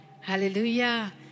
Hallelujah